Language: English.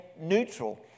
neutral